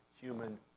human